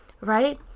right